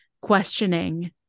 questioning